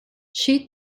she